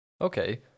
Okay